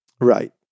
Right